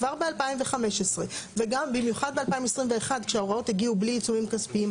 כבר ב-2015 וגם במיוחד ב-2021 כשההוראות הגיעו בלי עיצומים כספיים.